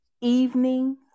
evening